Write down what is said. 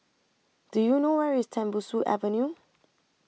Do YOU know Where IS Tembusu Avenue